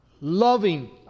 Loving